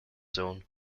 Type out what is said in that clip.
zone